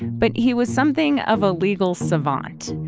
but he was something of a legal savant.